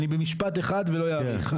במשפט אחד ולא אאריך.